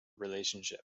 relationship